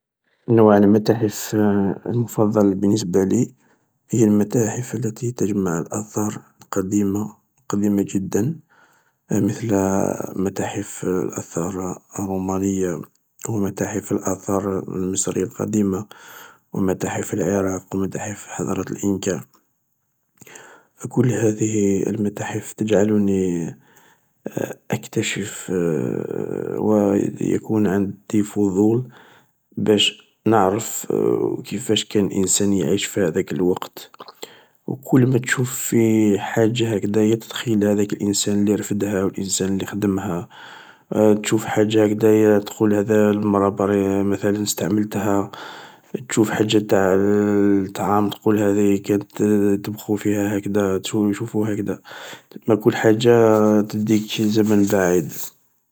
نوع المتاحف المفضلة بالنسبة لي هي المتاحف التي تجمع الآثار القديمة و القديمة جدا مثل متاحف الآثار الرومانية و متاحف الآثار المصرية القديمة و متاحف العراق و متاحف حضارة الانكا، كل هذه المتاحف تجعلني اكتشف و يكون عندي فضول باش نعرف كيفاش كان الانسان يعيش في هذاك الوقت و كل ما تشوف في حاجة هكذايا تتخيل هذاك اللي رفدها و الانسان اللي خدمها تشوف حاجة هكذيا تقول هاذ المرا مثلا استعملتها تشوف حاجة انتاع طعام تقول هاذي كانت طبخو فبها هكذا، تشوف هكذا، تسما كل حاجة تديك لزمن البعيد